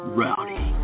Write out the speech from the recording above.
rowdy